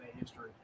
history